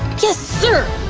yes sir!